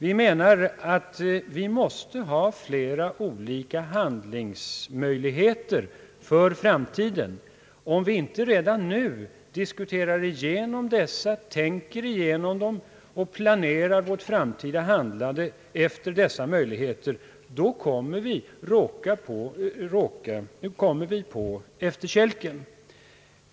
Vi menar att vi måste ha flera olika handlingsmöjligheter för framtiden. Om vi inte redan nu diskuterar och tänker igenom dem och planerar vårt framtida handlande efter dessa möjligheter råkar vi på efterkälken.